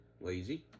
lazy